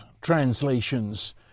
translations